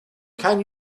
can